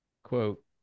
quote